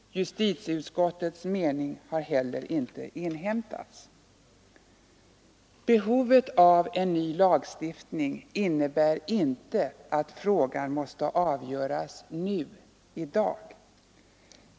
Justitieutskottets mening har inte heller inhämtats. Behovet av en ny lagstiftning innebär inte att frågan måste avgöras nu, i dag.